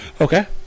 Okay